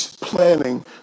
planning